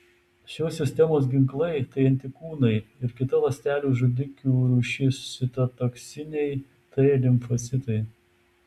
šios sistemos ginklai tai antikūnai ir kita ląstelių žudikių rūšis citotoksiniai t limfocitai